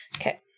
Okay